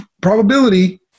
probability